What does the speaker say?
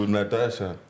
Natasha